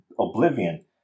oblivion